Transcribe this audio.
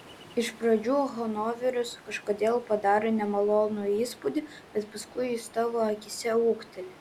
iš pradžių hanoveris kažkodėl padaro nemalonų įspūdį bet paskui jis tavo akyse ūgteli